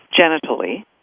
genitally